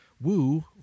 Woo